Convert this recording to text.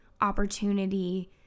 opportunity